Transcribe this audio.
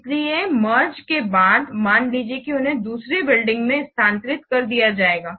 इसलिए मेर्गेड के बाद मान लीजिए कि उन्हें दूसरी बिल्डिंग में स्थानांतरित कर दिया जाएगा